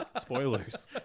Spoilers